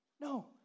No